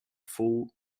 fool